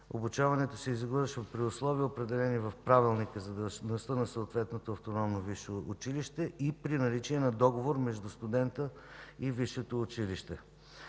Обучаването се извършва при условия, определени в Правилника за дейността на съответното автономно висше училище, и при наличие на договор между студента и висшето училище.